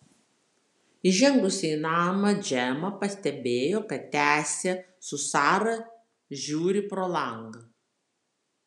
įžengusi į namą džemą pastebėjo kad tęsė su sara žiūri pro langą